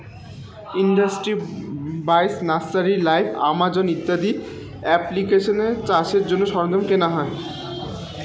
industry বাইশ, nursery live, Amazon ইত্যাদি এপ্লিকেশানে চাষের জন্য সরঞ্জাম কেনা হয়